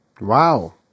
wow